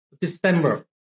December